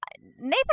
Nathan